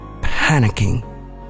panicking